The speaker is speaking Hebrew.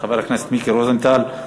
חבר הכנסת מיקי רוזנטל.